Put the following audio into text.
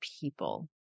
people